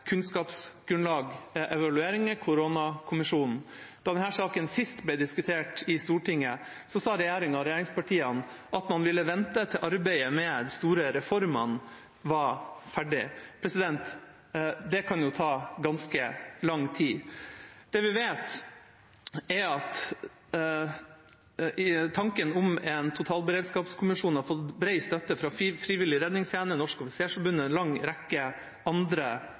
kunnskapsgrunnlag etter evalueringen fra koronakommisjonen. Da denne saken sist ble diskutert i Stortinget, sa regjeringen og regjeringspartiene at man ville vente til arbeidet med de store reformene var ferdig. Det kan jo ta ganske lang tid. Det vi vet, er at tanken om en totalberedskapskommisjon har fått bred støtte fra frivillige redningstjenester, Norges Offisersforbund og en lang rekke andre